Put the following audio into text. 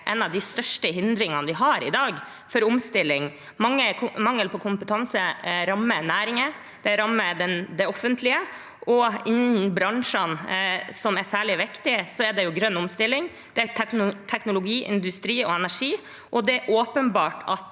en av de største hindringene vi har for omstilling. Mangel på kompetanse rammer næringer, det rammer det offentlige, og innen bransjene som er særlig viktige, gjelder det grønn omstilling, teknologiindustri og energi. Det er åpenbart at